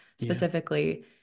specifically